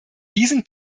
diesen